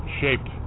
shaped